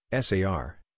SAR